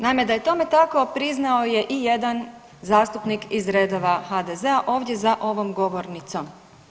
Naime, da je tome tako priznao je i jedan zastupnik iz redova HDZ-a ovdje za ovom govornicom.